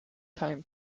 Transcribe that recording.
time